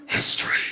History